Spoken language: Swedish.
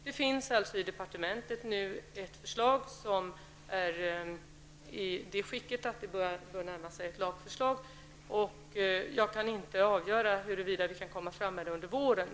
Det finns alltså i departementet nu ett förslag som är i det skicket att det börjar närma sig ett lagförslag. Och jag kan inte avgöra huruvida vi kan lägga fram det under våren.